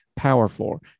Powerful